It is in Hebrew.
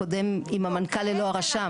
הקודם עם המנכ"ל ללא הרשם.